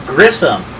Grissom